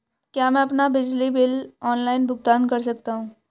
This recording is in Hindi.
क्या मैं अपना बिजली बिल ऑनलाइन भुगतान कर सकता हूँ?